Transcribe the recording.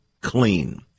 Clean